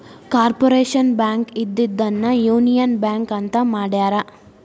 corporation Bank ಇದ್ದಿದ್ದನ್ನ Union Bank ಅಂತ ಮಾಡ್ಯಾರ